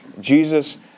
Jesus